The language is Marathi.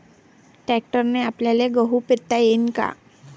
ट्रॅक्टरने आपल्याले गहू पेरता येईन का?